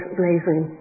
blazing